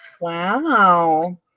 Wow